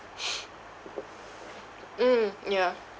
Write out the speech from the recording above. mm yeah